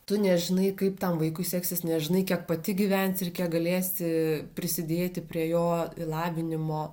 tu nežinai kaip tam vaikui seksis nežinai kiek pati gyvensi ir kiek galėsi prisidėti prie jo lavinimo